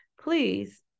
Please